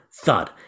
thud